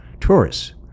tourists